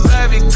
Baby